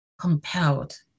compelled